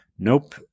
Nope